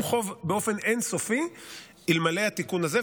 חוב באופן אין-סופי אלמלא התיקון הזה.